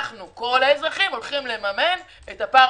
אנחנו כל האזרחים הולכים לממן את הפער